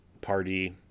party